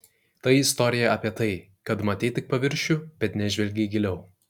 tai istorija apie tai kad matei tik paviršių bet nežvelgei giliau